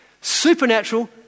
Supernatural